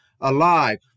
alive